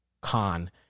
con